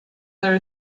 there